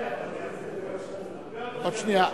להעביר את הצעת חוק הקרינה הבלתי מייננת